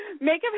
Makeup